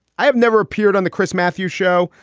i have never appeared on the chris matthews show.